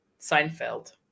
Seinfeld